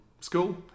school